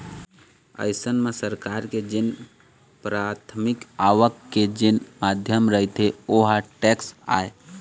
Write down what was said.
अइसन म सरकार के जेन पराथमिक आवक के जेन माध्यम रहिथे ओहा टेक्स आय